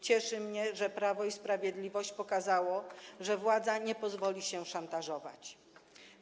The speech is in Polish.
Cieszy mnie, że Prawo i Sprawiedliwość pokazało, że władza nie pozwoli się szantażować.